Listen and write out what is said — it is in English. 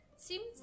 seems